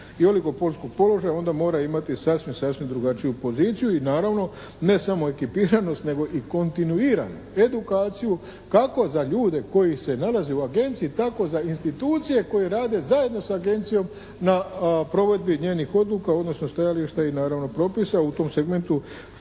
i oligopolskog položaja onda mora imati sasvim, sasvim drugačiju poziciju. I naravno ne samo ekipiranost nego i kontinuiranu edukaciju kako za ljude koji se nalaze u Agenciji tako za institucije koje rade zajedno sa Agencijom na provedbi njenih odluka, odnosno stajališta i naravno propisa. U tom segmentu